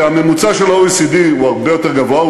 הממוצע של ה-OECD הוא הרבה יותר גבוה,